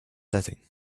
setting